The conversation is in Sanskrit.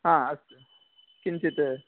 हा अस्तु किञ्चित्